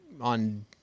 on